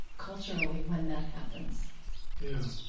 culturally when that happens yeah.